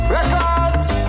Records